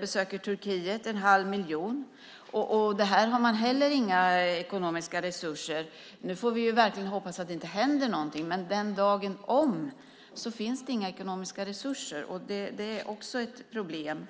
besöker Turkiet. Det är en halv miljon. Det har man heller inga ekonomiska resurser för. Vi får verkligen hoppas att det inte händer någonting. Men den dagen det sker finns det inga ekonomiska resurser. Det är också ett problem.